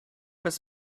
his